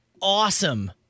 awesome